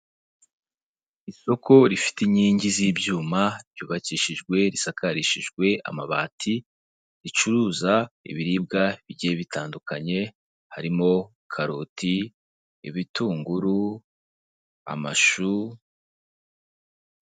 Isoko rifite inkingi z'ibyuma, ryubakishijwe risakarishijwe amabati, ricururuza ibiribwa bigiye bitandukanye harimo karoti, ibitunguru, amashu.